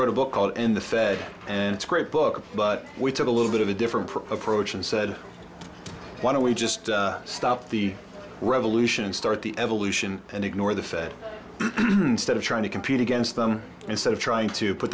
wrote a book called end the fed and it's a great book but we took a little bit of a different approach and said why don't we just stop the revolution and start the evolution and ignore the fed stead of trying to compete against them instead of trying to put